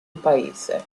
paese